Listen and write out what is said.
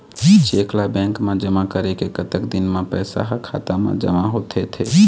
Cheque ला bank मा जमा करे के कतक दिन मा पैसा हा खाता मा जमा होथे थे?